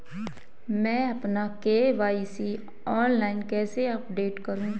मैं अपना KYC online कैसे अपडेट करूँ?